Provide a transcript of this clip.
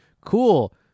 Cool